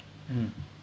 mm